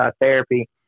Therapy